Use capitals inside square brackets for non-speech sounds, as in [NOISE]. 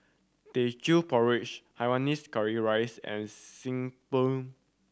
Teochew Porridge [UNINTELLIGIBLE] curry rice and xi [UNINTELLIGIBLE]